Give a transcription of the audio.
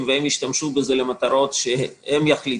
והם ישתמשו בזה למטרות שהם יחליטו,